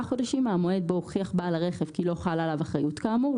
חודשים מהמועד בו הוכיח בעל הרכב כי לא חלה עליו אחריות כאמור,